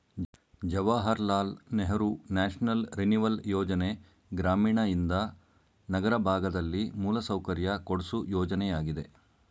Jawahar Lal Nehru national renewal ಯೋಜನೆ ಗ್ರಾಮೀಣಯಿಂದ ನಗರ ಭಾಗದಲ್ಲಿ ಮೂಲಸೌಕರ್ಯ ಕೊಡ್ಸು ಯೋಜನೆಯಾಗಿದೆ